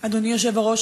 אדוני היושב-ראש,